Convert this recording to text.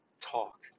talk